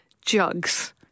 jugs